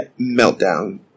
meltdown